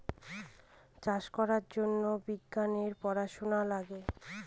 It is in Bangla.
চাষ করার জন্য বিজ্ঞানের পড়াশোনা লাগে